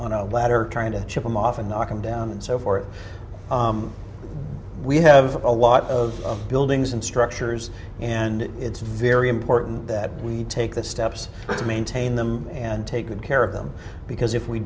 on a ladder trying to chip them off and knock him down and so forth we have a lot of buildings and structures and it's very important that we take the steps to maintain them and take good care of them because if we